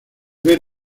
ver